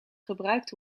gebruikt